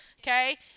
Okay